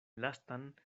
lastan